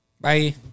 Bye